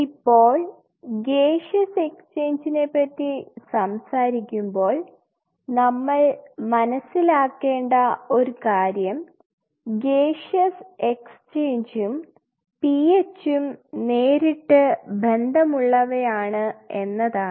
ഇപ്പോൾ ഗെഷിയസ് എക്സ്ചേഞ്ച്നെ പറ്റി സംസാരിക്കുമ്പോൾ നമ്മൾ മനസ്സിലാക്കേണ്ട ഒരു കാര്യം ഗെഷിയസ് എക്സ്ചേഞ്ചും pH ഉം നേരിട്ട് ബന്ധം ഉള്ളവയാണ് എന്നതാണ്